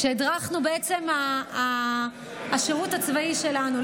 כשהדרכנו בעצם השירות הצבאי שלנו,